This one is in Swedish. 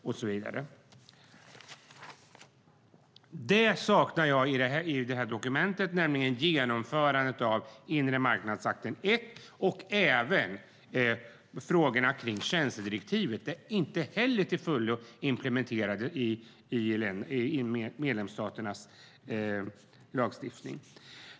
Jag saknar i det här dokumentet en text om genomförandet av Inremarknadsakten I och även frågorna om tjänstedirektivet. Det är inte heller till fullo implementerat i medlemsstaternas lagstiftning.